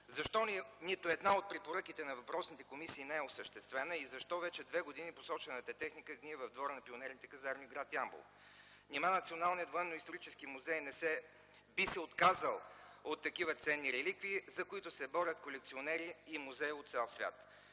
защо нито една от препоръките на въпросните комисии не е осъществена и защо вече две години посочената техника гние в двора на Пионерните казарми – гр. Ямбол? Нима Националният военноисторически музей би се отказал от такива ценни реликви, за които се борят колекционери и музеи от цял свят?